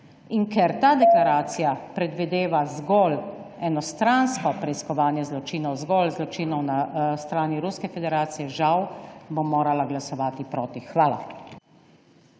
In ker ta deklaracija predvideva zgolj enostransko preiskovanje zločinov, zgolj zločinov na strani Ruske federacije, žal, bom morala glasovati proti. Hvala.